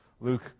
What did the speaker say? Luke